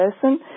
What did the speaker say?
person